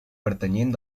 pertanyent